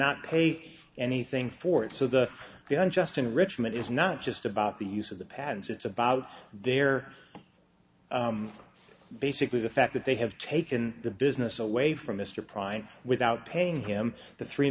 not pay anything for it so the young just enrichment is not just about the use of the patents it's about their basically the fact that they have taken the business away from mr prime without paying him the three